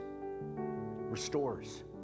restores